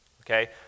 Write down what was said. Okay